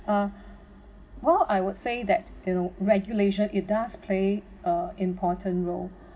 uh well I would say that you know regulation it does play uh important role